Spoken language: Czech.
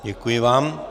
Děkuji vám.